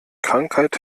krankheit